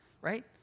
Right